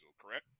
correct